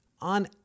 On